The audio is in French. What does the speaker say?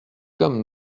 comme